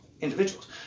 individuals